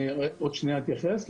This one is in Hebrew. אני עוד שנייה אתייחס.